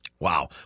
Wow